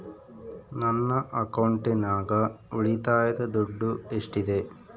ನನ್ನ ಅಕೌಂಟಿನಾಗ ಉಳಿತಾಯದ ದುಡ್ಡು ಎಷ್ಟಿದೆ?